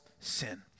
sin